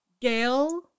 Gail